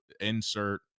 Insert